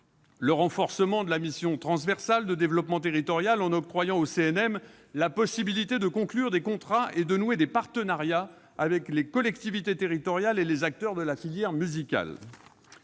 le renforcement de la mission transversale de développement territorial, en octroyant au CNM la possibilité de conclure des contrats et de nouer des partenariats avec les collectivités territoriales et les acteurs de la filière musicale